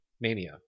Mania